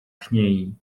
kniei